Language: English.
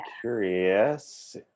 curious